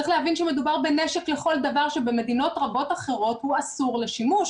צריך להבין שמדובר בנשק לכל דבר שבמדינות רבות אחרות הוא א סור לשימוש.